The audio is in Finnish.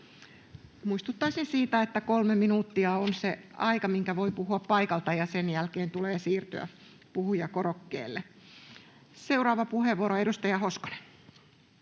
Muistuttaisin siitä, että 3 minuuttia on se aika, minkä voi puhua paikalta, ja sen jälkeen tulee siirtyä puhujakorokkeelle. — Seuraava puheenvuoro, edustaja Hoskonen.